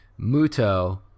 Muto